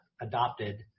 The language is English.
adopted